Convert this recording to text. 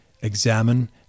examine